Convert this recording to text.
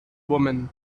woman